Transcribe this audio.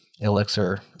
elixir